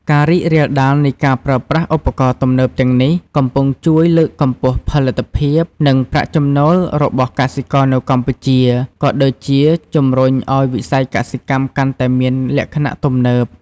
ការរីករាលដាលនៃការប្រើប្រាស់ឧបករណ៍ទំនើបទាំងនេះ កំពុងជួយលើកកម្ពស់ផលិតភាព និងប្រាក់ចំណូលរបស់កសិករនៅកម្ពុជា ក៏ដូចជាជំរុញឱ្យវិស័យកសិកម្មកាន់តែមានលក្ខណៈទំនើប។